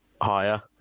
higher